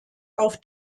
auf